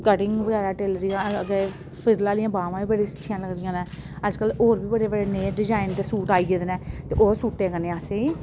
cutting बगैरा tailoring अग्गे फिरल आह्लियां बाह्मां बी बड़ी शैल लगदियां न अजकल्ल होर बी बड़े बड़े नेह् डिजाइन दे सूट आई गेदे ने ते ओह् सूटें कन्नै असेंगी